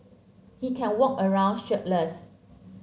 he can walk around shirtless